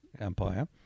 Empire